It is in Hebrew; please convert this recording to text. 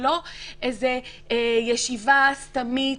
היא לא איזו ישיבה סתמית,